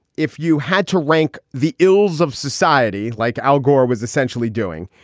if you had to rank the ills of society like al gore was essentially doing,